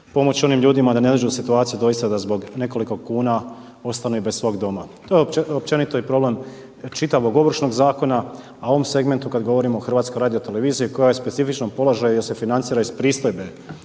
pomoć onim ljudima da ne dođu u situaciju doista da zbog nekoliko kuna ostanu i bez svog doma. To je općenito i problem čitavog Ovršnog zakona, a u ovom segmentu kada govorimo o HRT-u koja je u specifičnom položaju jer se financira iz pristojbe